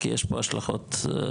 כי יש פה השלכות מסוימות.